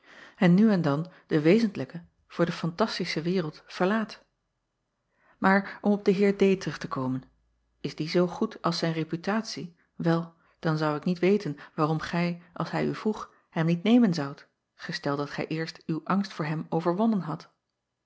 en nu en dan de wezentlijke voor de fantastische wereld verlaat aar om op den eer terug te komen is die zoo goed als zijn reputatie wel dan zou ik niet weten waarom gij als hij u vroeg hem niet nemen zoudt gesteld dat gij eerst uw angst voor hem overwonnen hadt